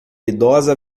idosa